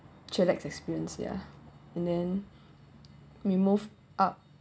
chillax experience ya and then we move up